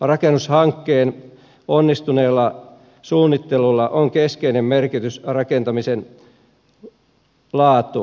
rakennushankkeen onnistuneella suunnittelulla on keskeinen merkitys rakentamisen laatuun